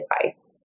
advice